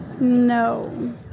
No